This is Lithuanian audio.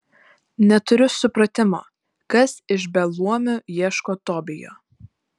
neturiu supratimo kas iš beluomių ieško tobijo